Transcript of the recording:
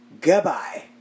Goodbye